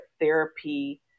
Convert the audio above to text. therapy